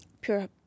pure